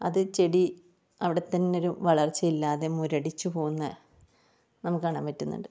അത് ചെടി അവിടെത്തന്നൊരു വളർച്ചയില്ലാതെ മുരടിച്ചു പോകുന്നത് നമുക്ക് കാണാൻ പറ്റുന്നുണ്ട്